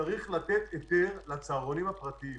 צריך לתת היתר לצהרונים הפרטיים.